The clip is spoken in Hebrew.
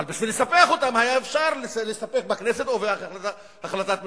אבל בשביל לספח אותן היה אפשר להסתפק בכנסת או בהחלטת הממשלה,